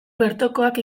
bertokoak